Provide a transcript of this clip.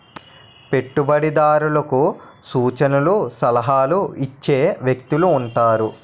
పెట్టుబడిదారులకు సూచనలు సలహాలు ఇచ్చే వ్యక్తులు ఉంటారు